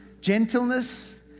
gentleness